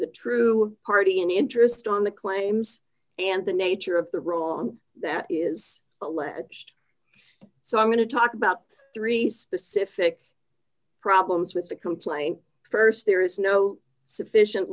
the true party and interest on the claims and the nature of the role that is alleged so i'm going to talk about three specific problems with the complaint st there is no sufficient